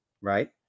Right